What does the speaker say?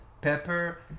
pepper